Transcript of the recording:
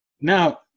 Now